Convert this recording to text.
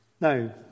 Now